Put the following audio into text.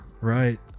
right